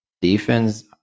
Defense